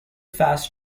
fast